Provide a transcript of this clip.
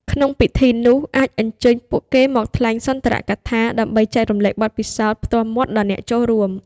ក្នុងពិធីនោះ អាចអញ្ជើញពួកគេមកថ្លែងសុន្ទរកថាដើម្បីចែករំលែកបទពិសោធន៍ផ្ទាល់មាត់ដល់អ្នកចូលរួម។